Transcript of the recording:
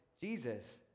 Jesus